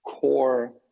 core